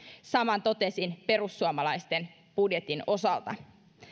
saman totesin perussuomalaisten budjetin osalta